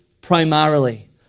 primarily